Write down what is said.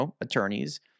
attorneys